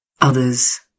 others